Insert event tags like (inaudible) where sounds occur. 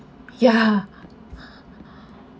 ya (breath)